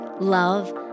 love